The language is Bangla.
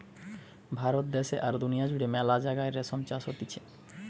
ভারত দ্যাশে আর দুনিয়া জুড়ে মেলা জাগায় রেশম চাষ হতিছে